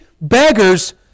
beggars